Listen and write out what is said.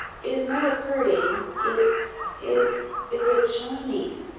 it is not a parting it it is a joining.